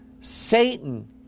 Satan